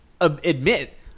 admit